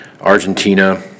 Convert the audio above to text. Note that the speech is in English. argentina